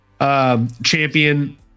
champion